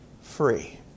free